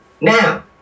Now